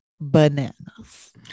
bananas